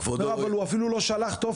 וריבונו אומר 'אבל הוא אפילו לא שלח טופס'.